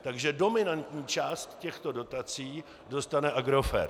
Takže dominantní část těchto dotací dostane Agrofert.